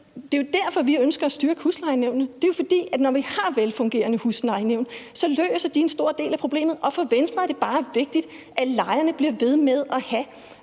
Det er jo derfor, vi ønsker at styrke huslejenævnene. Det er jo, fordi når vi har velfungerende huslejenævn, så løser de en stor del af problemet, og for Venstre er det bare vigtigt, at lejerne bliver ved med at have